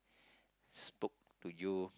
spoke to you